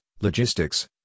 logistics